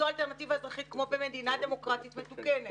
אלטרנטיבה אזרחית כמו במדינה דמוקרטית מתוקנת.